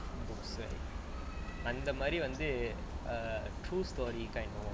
books like அந்த மாரி வந்து:antha maari vanthu err true stories kind of books